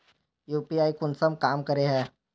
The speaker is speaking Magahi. यु.पी.आई कुंसम काम करे है?